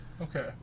Okay